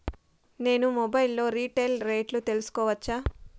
నేను మొబైల్ లో రీటైల్ రేట్లు తెలుసుకోవచ్చా?